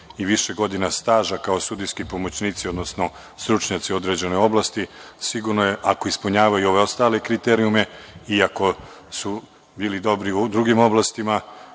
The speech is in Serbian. i više godina staža kao sudijski pomoćnici, odnosno stručnjaci u određenoj oblasti, sigurno je, ako ispunjavaju i ove ostale kriterijume i ako su bili dobri u drugim odnosima,